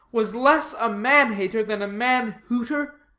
was less a man-hater than a man-hooter?